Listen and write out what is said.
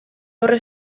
dorre